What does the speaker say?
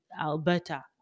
Alberta